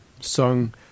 sung